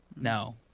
No